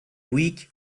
weak